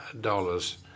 dollars